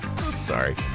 Sorry